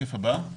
השקף הבא: